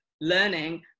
learning